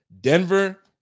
Denver